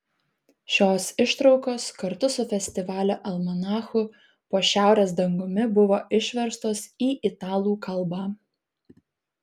šios ištraukos kartu su festivalio almanachu po šiaurės dangumi buvo išverstos į italų kalbą